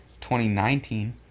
2019